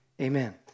Amen